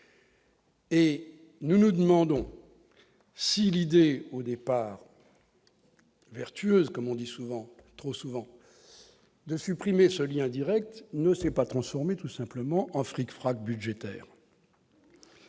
nous nous demandons si l'idée, au départ « vertueuse », comme l'on dit trop souvent, de supprimer ce lien direct ne s'est pas transformée en « fric-frac budgétaire